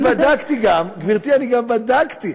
אני בדקתי גם, גברתי, אני גם בדקתי.